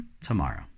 tomorrow